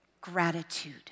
gratitude